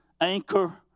Anchor